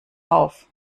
auf